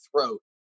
throat